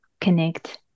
connect